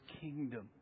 kingdom